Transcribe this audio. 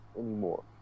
anymore